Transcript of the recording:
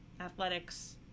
athletics